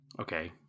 Okay